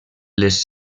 les